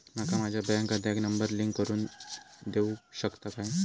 माका माझ्या बँक खात्याक नंबर लिंक करून देऊ शकता काय?